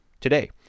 today